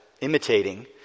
imitating